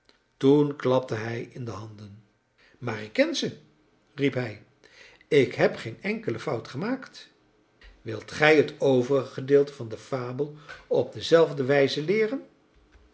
toen klapte hij in de handen maar ik ken ze riep hij ik heb geen enkele fout gemaakt wilt gij het overige gedeelte van de fabel op dezelfde wijze leeren